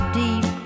deep